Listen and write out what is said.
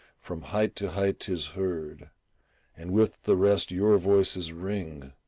from height to height tis heard and with the rest your voices ring,